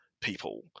people